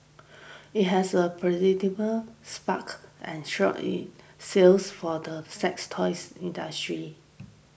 it has a predicable sparked and short in sales for the sex toys industry